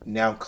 now